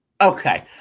okay